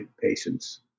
patients